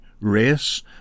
race